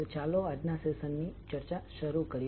તો ચાલો આજના સેશન ની ચર્ચા શરૂ કરીએ